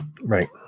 Right